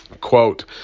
Quote